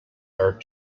are